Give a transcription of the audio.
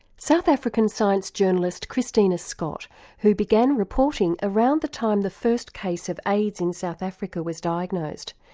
south african science journalist christina scott who began reporting around the time the first case of aids in south africa was diagnosed.